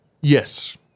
Yes